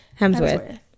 Hemsworth